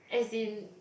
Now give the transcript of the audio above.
as in